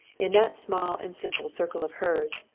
in that small and simple circle of hers,